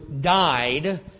died